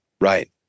right